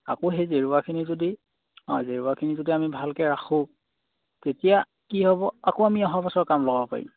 আকৌ সেই জেওৰাখিনি যদি অঁ জেওৰাখিনি যদি আমি ভালকৈ ৰাখোঁ তেতিয়া কি হ'ব আকৌ আমি অহাবছৰ কাম লগব পাৰিম